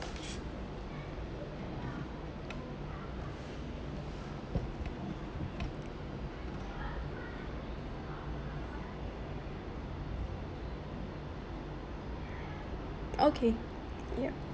okay yup